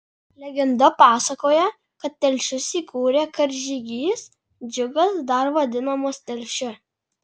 legenda pasakoja kad telšius įkūrė karžygys džiugas dar vadinamas telšiu